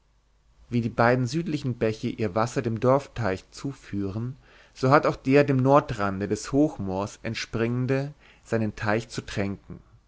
wie die beiden südlichen bäche ihr wasser dem dorfteich zuführen so hat auch der dem nordrande des hochmoors entspringende seinen teich zu tränken